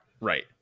right